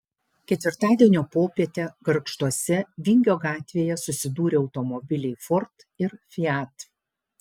ketvirtadienio popietę gargžduose vingio gatvėje susidūrė automobiliai ford ir fiat